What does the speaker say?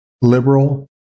liberal